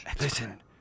listen